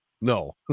no